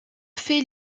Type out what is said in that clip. fait